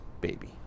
baby